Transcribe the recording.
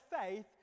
faith